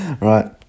Right